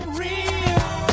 real